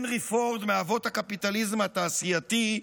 הנרי פורד, מאבות הקפיטליזם התעשייתי,